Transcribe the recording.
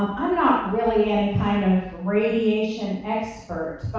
i'm not really any kind of radiation expert,